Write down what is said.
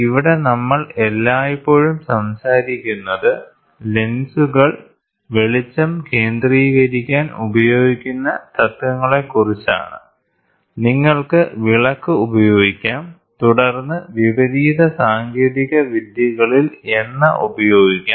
ഇവിടെ നമ്മൾ എല്ലായ്പ്പോഴും സംസാരിക്കുന്നത് ലെൻസുകൾ വെളിച്ചം കേന്ദ്രീകരിക്കാൻ ഉപയോഗിക്കുന്ന തത്വങ്ങളെക്കുറിച്ചാണ് നിങ്ങൾക്ക് വിളക്ക് ഉപയോഗിക്കാം തുടർന്ന് വിപരീത സാങ്കേതിക വിദ്യകളിൽ എണ്ണ ഉപയോഗിക്കാം